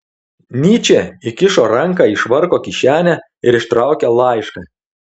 nyčė įkišo ranką į švarko kišenę ir ištraukė laišką